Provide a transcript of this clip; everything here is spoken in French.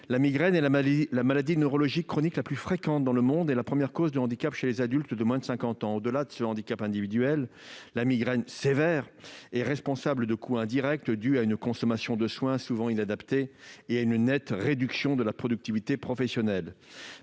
La migraine est la maladie neurologique chronique la plus fréquente dans le monde et la première cause de handicap chez les adultes de moins de 50 ans. Au-delà de ce handicap individuel, la migraine sévère est responsable de coûts indirects dus à une consommation de soins souvent inadaptée et à une nette réduction de la productivité professionnelle.